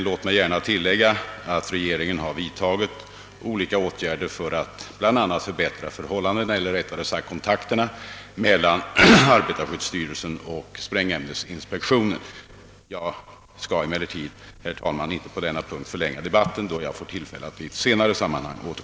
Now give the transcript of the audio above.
Låt mig endast tillägga att regeringen har vidtagit olika åtgärder bl.a. för att förbättra kontakterna mellan arbetar